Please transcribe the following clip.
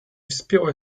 wspięła